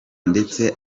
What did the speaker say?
ndetse